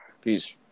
Peace